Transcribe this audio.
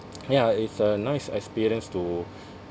ya it's a nice experience to